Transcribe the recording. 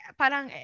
parang